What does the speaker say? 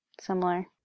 similar